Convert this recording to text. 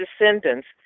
descendants